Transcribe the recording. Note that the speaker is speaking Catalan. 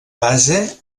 base